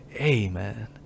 Amen